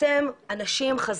דבר אחד.